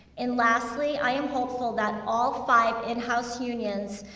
and lastly, i am hopeful that all five in-house unions,